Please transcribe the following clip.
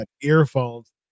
earphones